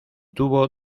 tuvo